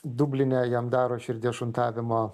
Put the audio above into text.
dubline jam daro širdies šuntavimo